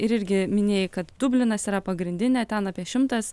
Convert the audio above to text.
ir irgi minėjai kad dublinas yra pagrindinė ten apie šimtas